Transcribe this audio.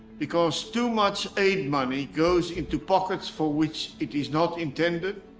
because too much aid money goes into pockets for which it is not intended